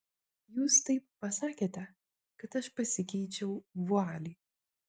jūs taip pasakėte kad aš pasikeičiau vualį